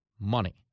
money